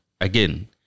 again